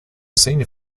senior